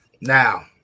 Now